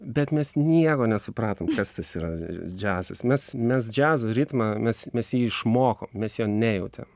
bet mes nieko nesupratom kas tas yra džiazas mes mes džiazo ritmą mes mes jį išmokom mes jo nejautėm